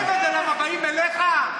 למה, באים אליך?